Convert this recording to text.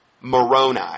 Moroni